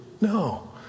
No